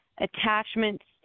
attachments